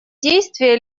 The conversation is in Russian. действия